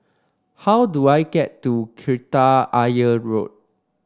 how do I get to Kreta Ayer Road